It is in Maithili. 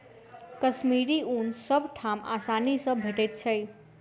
कश्मीरी ऊन सब ठाम आसानी सँ भेटैत छै